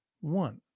One